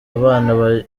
abana